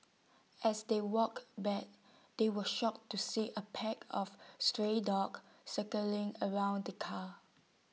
as they walked back they were shocked to see A pack of stray dogs circling around the car